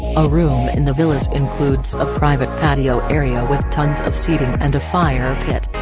a room in the villas includes a private patio area with tons of seating and a fire pit.